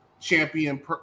champion